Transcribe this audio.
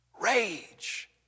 rage